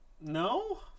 no